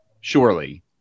Surely